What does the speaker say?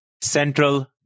central